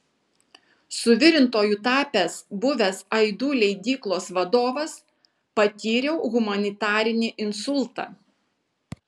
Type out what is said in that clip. suvirintoju tapęs buvęs aidų leidyklos vadovas patyriau humanitarinį insultą